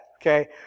okay